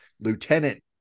lieutenant